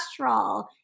cholesterol